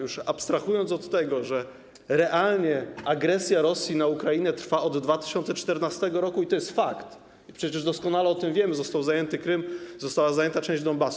Już abstrahuję od tego, że realnie agresja Rosji na Ukrainę trwa od 2014 r., i to jest fakt, przecież doskonale o tym wiemy, został zajęty Krym, została zajęta część Donbasu.